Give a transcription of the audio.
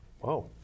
Whoa